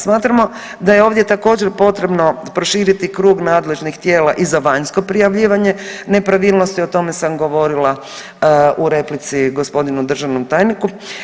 Smatramo da je ovdje također potrebno proširiti krug nadležnih tijela i za vanjsko prijavljivanje nepravilnosti, o tome sam govorila u replici gospodinu državnom tajniku.